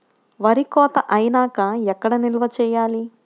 వరి కోత అయినాక ఎక్కడ నిల్వ చేయాలి?